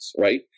right